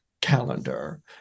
calendar